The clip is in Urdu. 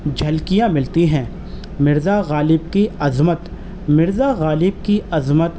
جھلکیاں ملتی ہیں مرزا غالب کی عظمت مرزا غالب کی عظمت